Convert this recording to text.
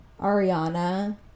Ariana